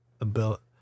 ability